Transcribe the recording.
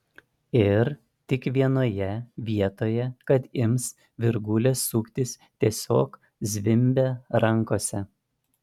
ir tik vienoje vietoje kad ims virgulės suktis tiesiog zvimbia rankose